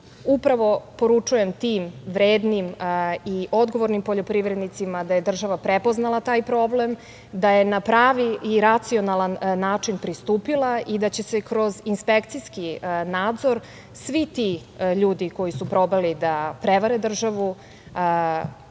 Upravo poručujem tim vrednim i odgovornim poljoprivrednicima da je država prepoznala taj problem, da je na pravi i racionalni način pristupila i da će se kroz inspekcijski nadzor svi ti ljudi koji su probali da prevare državu